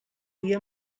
dia